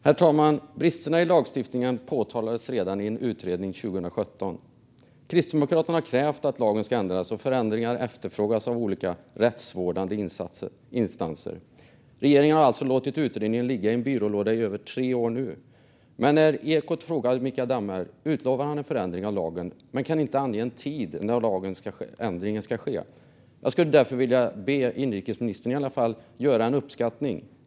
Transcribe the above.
Herr talman! Bristerna i lagstiftningen påtalades i en utredning redan 2017. Kristdemokraterna har krävt att lagen ska ändras, och förändringar efterfrågas av olika rättsvårdande instanser. Regeringen har alltså låtit utredningen ligga i en byrålåda i över tre år nu. När Ekot frågade Mikael Damberg utlovade han en förändring av lagen men kan inte ange en tid när lagändringen ska ske. Jag skulle därför vilja be inrikesministern att i alla fall göra en uppskattning.